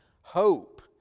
Hope